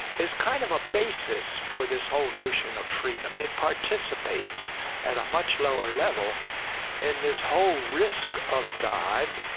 is kind of a basis for this whole notion of freedom. it participates at a much lower level in this whole risk of god,